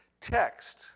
text